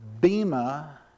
Bema